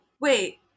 Wait